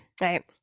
right